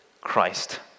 Christ